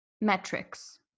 metrics